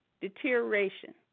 deterioration